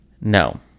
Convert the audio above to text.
No